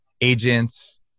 agents